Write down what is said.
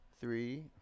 three